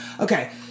Okay